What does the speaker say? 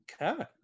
Okay